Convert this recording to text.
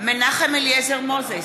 מנחם אליעזר מוזס,